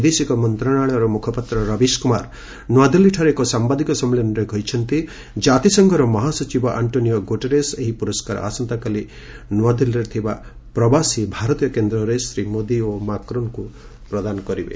ବୈଦେଶିକ ମନ୍ତ୍ରଣାଳୟର ମୁଖପାତ୍ର ରବୀଶ୍ କୁମାର ନୂଆଦିଲ୍ଲୀରେ ଏକ ସାମ୍ଭାଦିକ ସମ୍ମିଳନୀରେ କହିଛନ୍ତି ଜାତିସଂଘର ମହାସଚିବ ଆଙ୍କୋନିଓ ଗୁଟେରସ୍ ଏହି ପୁରସ୍କାର ଆସନ୍ତାକାଲି ନୂଆଦିଲ୍ଲୀରେ ଥିବା ପ୍ରବାସୀ ଭାରତୀୟ କେନ୍ଦ୍ରରେ ଶ୍ରୀ ମୋଦି ଓ ମାକ୍ରନ୍ଙ୍କୁ ପ୍ରଦାନ କରିବେ